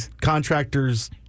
contractor's